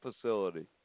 facility